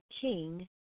King